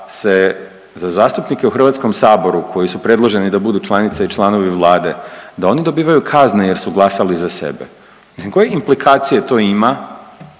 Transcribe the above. za zastupnike u HS koji su predloženi da budu članice i članovi Vlade da oni dobivaju kazne jer su glasali za sebe, mislim koje implikacije to ima